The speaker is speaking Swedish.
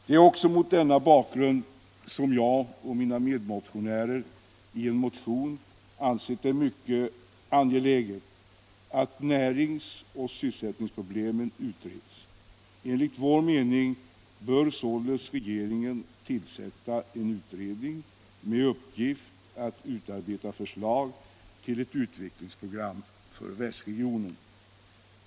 Det är mot denna bakgrund som jag och mina medmotionärer i en motion har ansett det mycket angeläget att närings och sysselsättningsproblemen utreds. Enligt vår mening bör således regeringen tillsätta en utredning med uppgift att utarbeta förslag till ett utvecklingsprogram för västregionen.